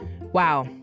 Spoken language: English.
Wow